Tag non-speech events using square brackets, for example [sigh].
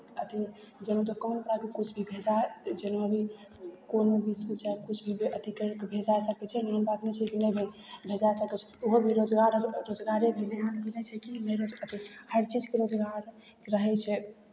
अथि जेना दोकान कऽ कऽ किछु बिकय चाहे जेना अभी कोनो [unintelligible] चाहे किछु भी अथि करि कऽ बेचा सकै छै एहन बात नहि छै नहि भेजा सकै छै कोनो भी रोजगार तऽ रोजगारे भेलै एहन तऽ नहि छै कि नहि रोजगार भेलै हर चीजके रोजगार रहै छै